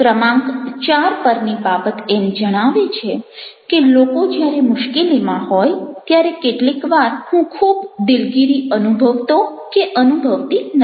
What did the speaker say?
ક્રમાંક 4 પરની બાબત એમ જણાવે છે કે લોકો જ્યારે મુશ્કેલીમાં હોય ત્યારે કેટલીક વાર હું ખૂબ દિલગીરી અનુભવતોઅનુભવતી નથી